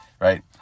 right